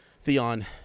Theon